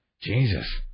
Jesus